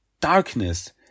darkness